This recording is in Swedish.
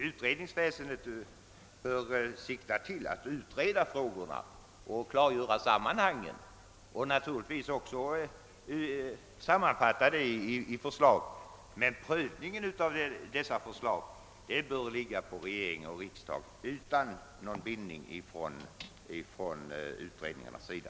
Utredningsväsendet bör sikta till att utreda frågorna och klargöra sammanhangen samt ett även framlägga sammanfattningar i form av förslag. Prövningen av dessa förslag bör däremot åligga regering och riksdag utan någon bindning från utredningarnas sida.